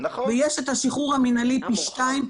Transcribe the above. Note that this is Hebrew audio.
ויש את השחרור המינהלי פי שניים,